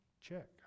check